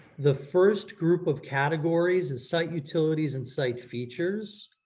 the first group of categories is site utilities and site features.